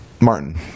martin